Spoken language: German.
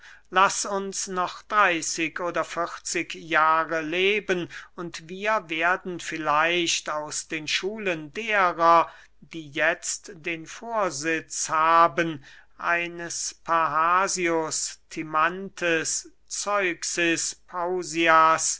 laß uns noch dreyßig oder vierzig jahre leben und wir werden vielleicht aus den schulen derer die jetzt den vorsitz haben eines parrhasius timanthes zeuxis pausias